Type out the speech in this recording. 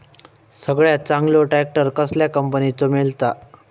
सगळ्यात चांगलो ट्रॅक्टर कसल्या कंपनीचो मिळता?